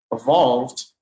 evolved